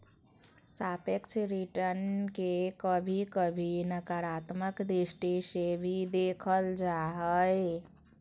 सापेक्ष रिटर्न के कभी कभी नकारात्मक दृष्टि से भी देखल जा हय